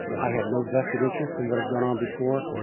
i had no vested interest in what had gone on before.